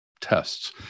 tests